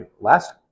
last